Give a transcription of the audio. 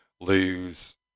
lose